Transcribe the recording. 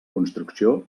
construcció